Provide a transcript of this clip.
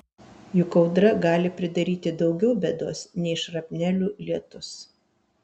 juk audra gali pridaryti daugiau bėdos nei šrapnelių lietus